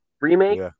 remake